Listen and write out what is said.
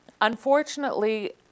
Unfortunately